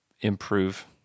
improve